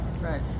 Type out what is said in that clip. Right